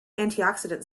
antioxidant